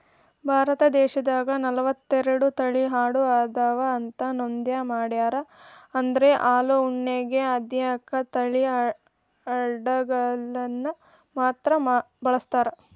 ಭಾರತ ದೇಶದಾಗ ನಲವತ್ತೆರಡು ತಳಿ ಆಡು ಅದಾವ ಅಂತ ನೋಂದ ಮಾಡ್ಯಾರ ಅದ್ರ ಹಾಲು ಉಣ್ಣೆಗೆ ಹದ್ನಾಲ್ಕ್ ತಳಿ ಅಡಗಳನ್ನ ಮಾತ್ರ ಬಳಸ್ತಾರ